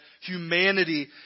humanity